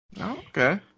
Okay